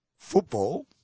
Football